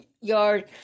yard